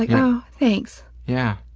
like oh, thanks. yeah.